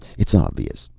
it's obvious.